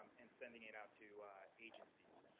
and sending it out to agencies.